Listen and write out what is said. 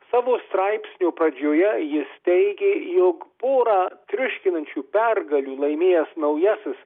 savo straipsnio pradžioje jis teigė jog porą triuškinančių pergalių laimėjęs naujasis